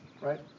right